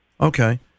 okay